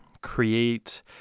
create